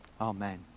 Amen